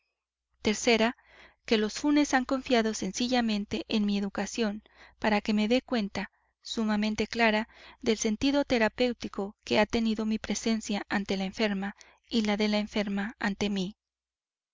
que los funes han confiado sencillamente en mi educación para que me dé cuenta sumamente clara del sentido terapéutico que ha tenido mi presencia ante la enferma y la de la enferma ante mí